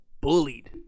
bullied